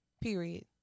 Period